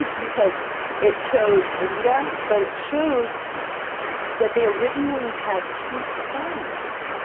because it shows leetah, but it shows that they originally had two sons,